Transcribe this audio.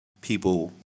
people